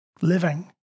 Living